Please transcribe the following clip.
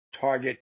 target